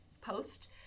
post